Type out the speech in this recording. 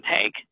take